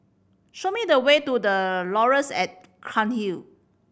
show me the way to The Laurels at Cairnhill